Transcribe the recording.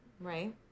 right